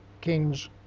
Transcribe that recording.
king's